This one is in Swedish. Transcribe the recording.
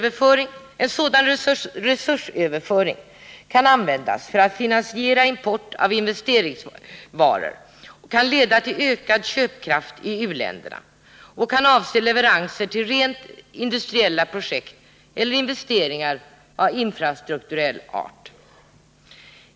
En sådan resursöverföring kan användas för att finansiera import av investeringsvaror och kan leda till ökad köpkraft i u-länderna. Den kan avse leveranser till rent industriella projekt eller investeringar av infrastrukturell art.